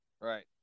right